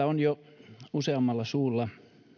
on jo useammasta suusta